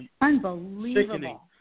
Unbelievable